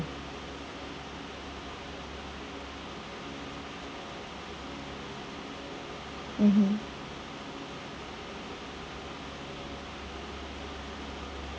mmhmm